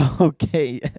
Okay